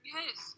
Yes